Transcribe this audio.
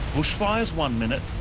bushfires one minute